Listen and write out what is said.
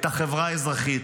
את החברה האזרחית,